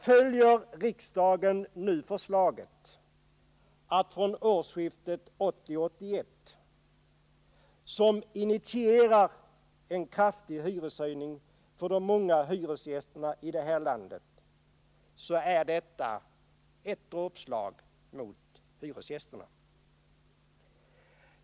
Följer riksdagen nu förslaget — och det träder i kraft vid årsskiftet 1980-1981 — som initierar en kraftig hyreshöjning för de många hyresgästerna i det här landet, är detta ett dråpslag mot hyresgästerna.